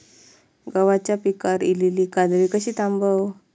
गव्हाच्या पिकार इलीली काजळी कशी थांबव?